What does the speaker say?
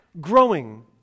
Growing